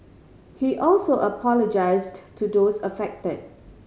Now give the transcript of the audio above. he also apologised to those affected